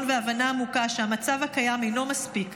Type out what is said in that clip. והבנה עמוקה שהמצב הקיים אינו מספיק.